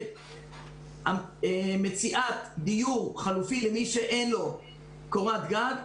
בנושא של מציאת דיור חלופי למי שאין לו קורת גג.